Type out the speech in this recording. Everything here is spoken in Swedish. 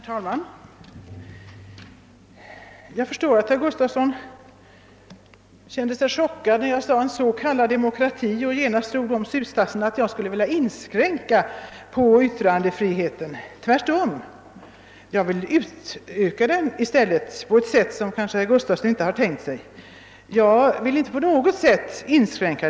Herr talman! Jag förstår att herr Gustafson i Göteborg kände sig chockad när jag använde uttrycket en s.k. demokrati. Och genast drog han slutsatsen att jag skulle vilja inskränka yttrandefriheten. Tvärtom, jag vill inte inskränka den utan i stället utöka den på ett sätt som herr Gustafson kanske inte har tänkt sig.